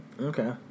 Okay